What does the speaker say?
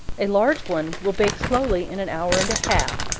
a large one will bake slowly in an hour and a half,